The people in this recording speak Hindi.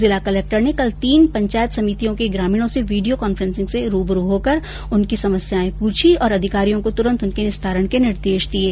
जिला कलक्टर ने कल तीन पंचायत समितियों के ग्रामीणों से विडियो कांफ्रेसिंग से रूबरू होकर उनकी समस्यायें पूछी और अधिकारियों को तुरंत उसके निस्तारण के निर्देश दिये